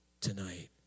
tonight